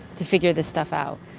to figure this stuff out?